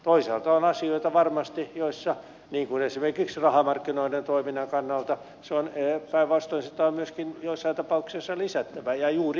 toisaalta on varmasti asioita joissa niin kuin esimerkiksi rahamarkkinoiden toiminnan kannalta sitä päinvastoin on joissain tapauksissa myöskin lisättävä ja juuri eurooppalaisella tasolla